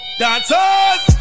dancers